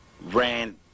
ran